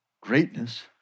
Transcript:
greatness